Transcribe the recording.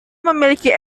memiliki